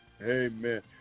Amen